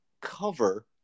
cover